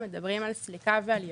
מדברים על סליקה ועל ייחוס.